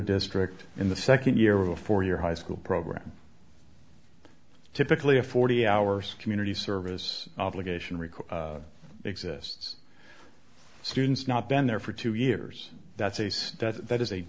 district in the second year of a four year high school program typically a forty hours community service obligation record exists students not been there for two years that's a stat that is a